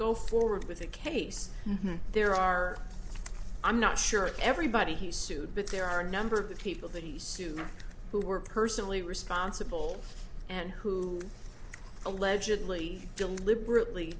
go forward with a case there are i'm not sure everybody he sued but there are a number of the people that he sued who were personally responsible and who allegedly deliberately